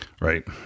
right